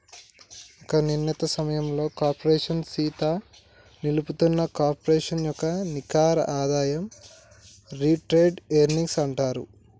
ఒక నిర్ణీత సమయంలో కార్పోరేషన్ సీత నిలుపుతున్న కార్పొరేషన్ యొక్క నికర ఆదాయం రిటైర్డ్ ఎర్నింగ్స్ అంటారు